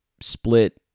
split